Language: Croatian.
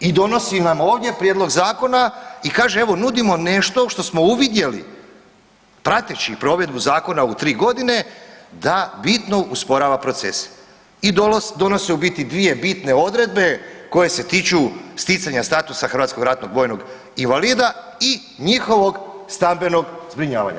I donosi nam ovdje prijedlog zakona i kaže evo nudimo nešto što smo uvidjeli praktički provedbu zakona u 3 godine da bitno usporava procese i donosi u biti 2 bitne odredbe koje se tiču sticanja statusa hrvatskog ratnog vojnog invalida i njihovog stambenog zbrinjavanja.